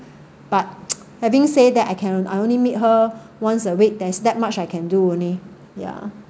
but having said that I can on~ I only meet her once a week then it's that much I can do only ya